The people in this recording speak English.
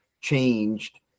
changed